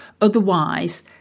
Otherwise